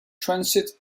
transit